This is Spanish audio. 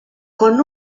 con